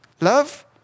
love